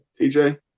TJ